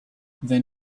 then